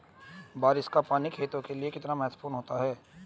बारिश का पानी खेतों के लिये कितना महत्वपूर्ण होता है?